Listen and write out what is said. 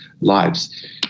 lives